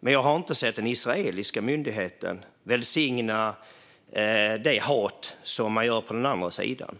Men jag har inte sett den israeliska myndigheten välsigna det hat som man välsignar på den andra sidan.